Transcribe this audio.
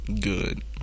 good